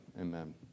amen